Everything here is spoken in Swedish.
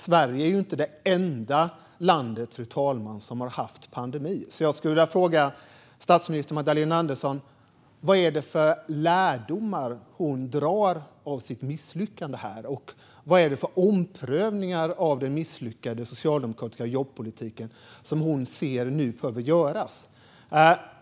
Sverige är ju inte det enda land som har haft pandemi. Jag skulle vilja fråga statsminister Magdalena Andersson vad det är för lärdomar hon drar av sitt misslyckande här och vilka omprövningar av den misslyckade socialdemokratiska jobbpolitiken som hon ser nu behöver göras.